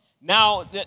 Now